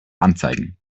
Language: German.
anzeigen